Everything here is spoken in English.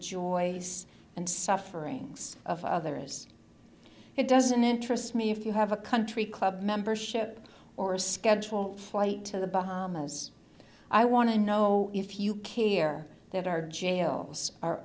joys and sufferings of others it doesn't interest me if you have a country club membership or a schedule flight to the bahamas i want to know if you care that our jails are